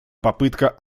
попытка